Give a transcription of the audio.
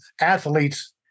athletes